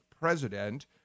president